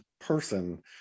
person